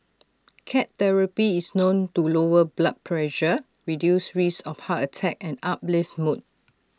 cat therapy is known to lower blood pressure reduce risks of heart attack and uplift mood